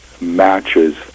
matches